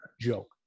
joke